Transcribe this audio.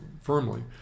firmly